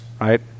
Right